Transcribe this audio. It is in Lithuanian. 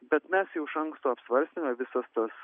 bet mes jau iš anksto apsvarstėme visas tas